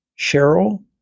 Cheryl